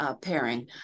pairing